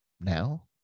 Now